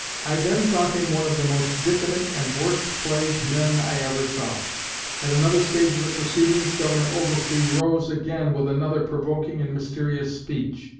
i then thought him one of the most diffident and worst-plagued men i ever saw at another stage of the proceedings, governor oglesby rose again with another provoking and mysterious speech.